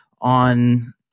on